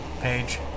page